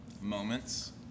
moments